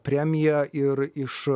premiją ir iš